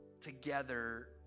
together